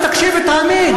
אז תקשיב ותאמין.